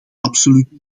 absoluut